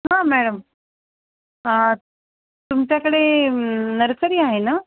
हां मॅडम तुमच्याकडे नर्सरी आहे ना